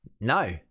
No